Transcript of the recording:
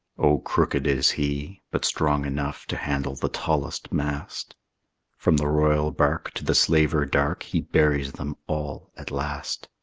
oh, crooked is he, but strong enough to handle the tallest mast from the royal barque to the slaver dark, he buries them all at last.